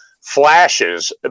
flashes